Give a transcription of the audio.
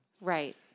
Right